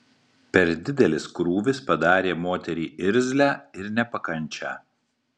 per didelis krūvis padarė moterį irzlią ir nepakančią